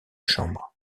chambre